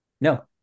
No